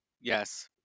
Yes